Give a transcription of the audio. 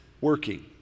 working